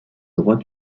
droits